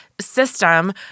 system